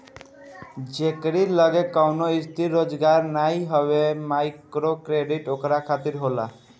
जेकरी लगे कवनो स्थिर रोजगार नाइ हवे माइक्रोक्रेडिट ओकरा खातिर होला